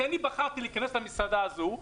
כי אני בחרתי להיכנס למסעדה הזאת,